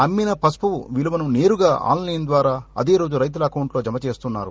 అమ్మిన పసుపు విలువను నేరుగా ఆన్లైన్ ద్వారా అదేరోజు రైతుల అకౌంట్లో జమ చేస్తున్నారు